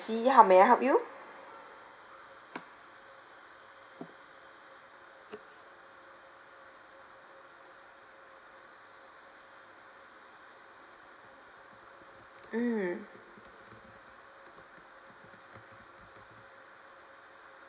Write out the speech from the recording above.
how may I help you mm